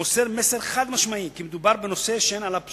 ומוסר מסר חד-משמעי כי מדובר בנושא שאין עליו פשרות.